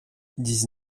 dix